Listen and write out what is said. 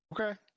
Okay